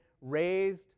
raised